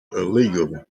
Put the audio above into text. illegal